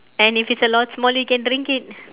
and if it's a lot smaller you can drink it